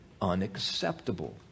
unacceptable